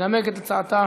תנמק את הצעתה